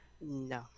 No